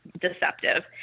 deceptive